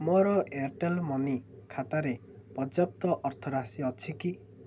ମୋର Airtel money ଖାତାରେ ପର୍ଯ୍ୟାପ୍ତ ଅର୍ଥରାଶି ଅଛି କି